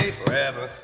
forever